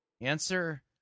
Answer